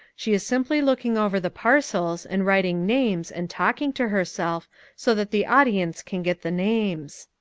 she is simply looking over the parcels and writing names and talking to herself so that the audience can get the names.